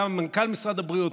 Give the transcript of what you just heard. היה מנכ"ל משרד הבריאות,